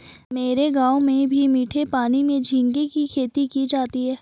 मेरे गांव में भी मीठे पानी में झींगे की खेती की जाती है